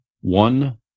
one